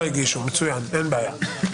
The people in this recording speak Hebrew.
לא הגישו, מצוין, אין בעיה.